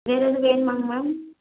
வேறு எதுவும் வேணுமாங்க மேம்